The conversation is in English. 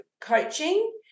coaching